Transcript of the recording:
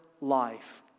life